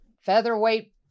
featherweight